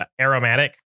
aromatic